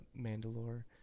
Mandalore